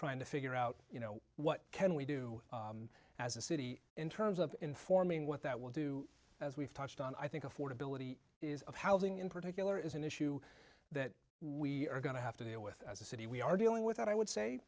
trying to figure out you know what can we do as a city in terms of informing what that will do as we've touched on i think affordability is of housing in particular is an issue that we are going to have to deal with as a city we are dealing with that i would say